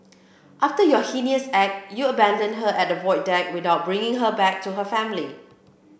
after your heinous act you abandoned her at the Void Deck without bringing her back to her family